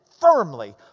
firmly